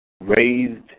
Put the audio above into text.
Raised